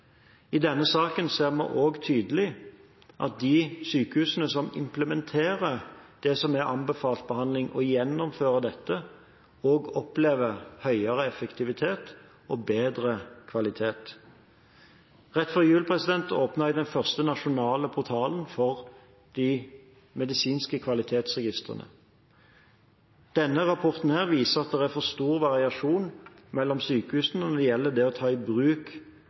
I denne saken ser vi også tydelig at de sykehusene som implementerer det som er anbefalt behandling og gjennomfører dette, også opplever høyere effektivitet og bedre kvalitet. Rett før jul åpnet jeg den første nasjonale portalen for de medisinske kvalitetsregistrene. Denne rapporten viser at det er for stor variasjon mellom sykehusene når det gjelder å ta i bruk